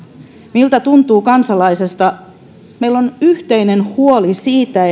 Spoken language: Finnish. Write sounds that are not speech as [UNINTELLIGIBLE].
miltä tuntuu kansalaisesta meillä on yhteinen huoli siitä [UNINTELLIGIBLE]